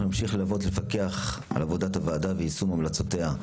אנחנו נמשיך ללוות ולפקח על עבודת הוועדה ויישום המלצותיה.